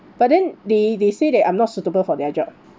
but then they they say that I'm not suitable for their job